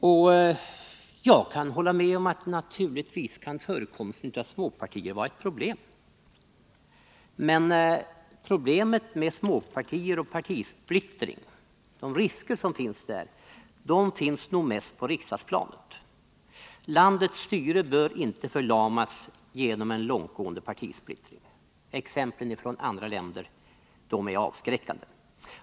Och naturligtvis kan förekomsten av småpartier vara ett problem. Men riskerna med småpartier och partisplittring finns nog mest på riksdagsplanet. Landets styre bör inte förlamas genom en långtgående partisplittring. Exemplen från andra länder är avskräckande.